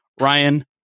Ryan